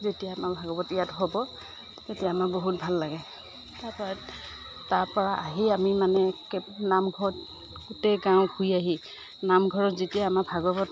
যেতিয়া আমাৰ ভগৱত ইয়াত হ'ব তেতিয়া অমাৰ বহুত ভাল লাগে তাৰ পৰা তাৰ পৰা আহি আমি মানে একে নামঘৰত গোটেই গাওঁ ঘূৰি আহি নামঘৰত যেতিয়া আমাৰ ভাগৱত